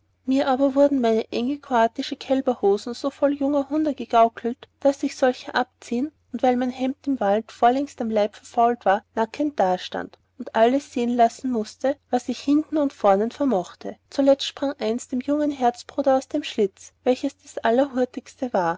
mir aber wurden meine enge kroatische kälberhosen so voll junger hunde gegaukelt daß ich solche abziehen und weil mein hemd im wald vorlängst am leib verfaulet war nackend dastehen und alles sehen lassen mußte was ich hinden und vornen vermochte zuletzt sprang eins dem jungen herzbruder aus dem schlitz welches das allerhurtigste war